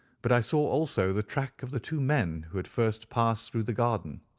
but i saw also the track of the two men who had first passed through the garden.